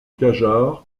cajarc